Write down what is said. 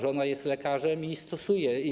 Żona jest lekarzem i to stosuje.